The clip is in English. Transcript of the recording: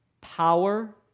Power